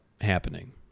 happening